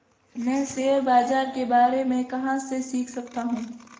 मैं शेयर बाज़ार के बारे में कहाँ से सीख सकता हूँ?